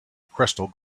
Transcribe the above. crystal